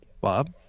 Bob